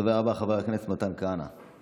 הדובר הבא, חבר הכנסת מתן כהנא.